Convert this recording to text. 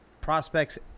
prospects